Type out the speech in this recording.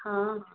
ହଁ ହଉ